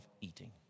eating